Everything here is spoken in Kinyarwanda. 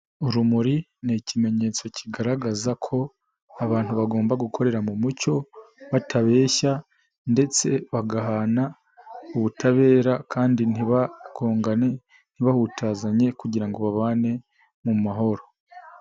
Urumuri ni ikimenyetse kigaragaza ko abantu bagomba gukorera mu mucyo, batabeshya ndetse bagahana ubutabera kandi ntibagongane, ntibahutazanye kugira ngo babane mu mahoro.